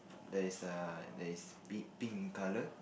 there is a that is bit pink in colour